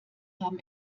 haben